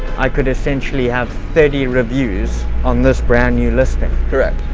i could essentially have thirty reviews on this brand new listing. correct.